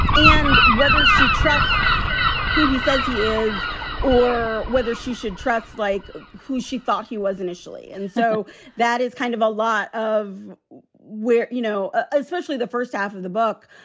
and whether she trusts who he says he is or whether she should trust, like who she thought he was initially. and so that is kind of a lot of where, you know, especially the first half of the book,